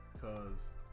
cause